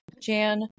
Jan